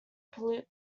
pollute